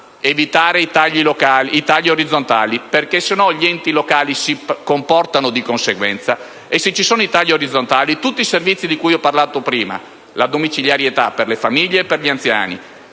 evitare i tagli orizzontali, altrimenti gli enti locali si comportano di conseguenza. In presenza di tagli orizzontali, tutti i servizi di cui ho parlato prima (la domiciliarità per le famiglie e gli anziani,